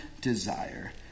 desire